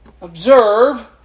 observe